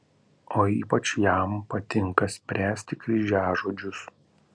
o ypač jam patinka spręsti kryžiažodžius